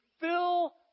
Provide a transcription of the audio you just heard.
fill